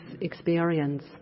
experience